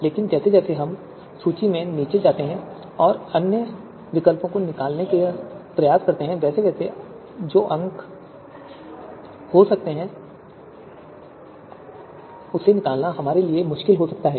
लेकिन जैसे जैसे हम सूची में नीचे जाते हैं और अन्य विकल्पों को निकालने का प्रयास करते हैं वैसे वैसे जो अंक हो सकते हैं उसे निकालना हमारे लिए मुश्किल हो सकता है